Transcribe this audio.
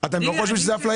אתם לא חושבים שזאת אפליה?